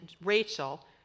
Rachel